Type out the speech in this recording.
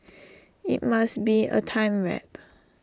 IT must be A time warp